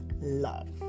love